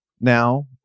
now